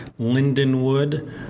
Lindenwood